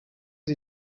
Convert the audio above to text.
sie